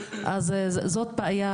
אז זו הבעיה,